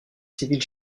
civile